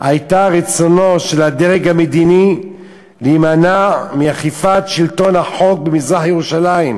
הייתה רצונו של הדרג המדיני להימנע מאכיפת שלטון החוק במזרח-ירושלים,